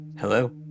Hello